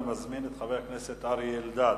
אני מזמין את חבר הכנסת אריה אלדד.